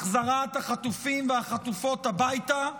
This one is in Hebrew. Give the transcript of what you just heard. החזרת החטופים והחטופות הביתה,